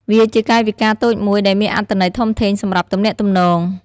វាជាកាយវិការតូចមួយដែលមានអត្ថន័យធំធេងសម្រាប់ទំនាក់ទំនង។